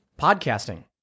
podcasting